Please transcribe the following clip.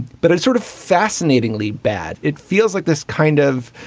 but it's sort of fascinatingly bad. it feels like this kind of,